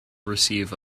receive